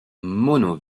mono